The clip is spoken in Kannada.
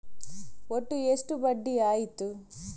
ಒಟ್ಟು ಎಷ್ಟು ಬಡ್ಡಿ ಆಯಿತು?